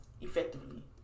effectively